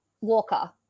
Walker